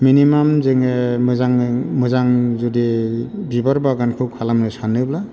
minimum जोङो मोजाङै मोजां जुदि बिबार बागानखौ खालामनो सानोब्ला